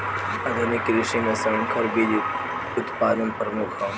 आधुनिक कृषि में संकर बीज उत्पादन प्रमुख ह